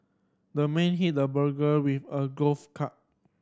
the man hit the burglar with a golf club